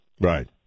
Right